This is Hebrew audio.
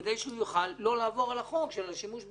כדי שהוא יוכל לא לעבור על החוק של השימוש במזומן.